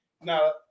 Now